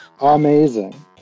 amazing